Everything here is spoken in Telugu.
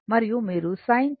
మరియు మీరు sin θ తో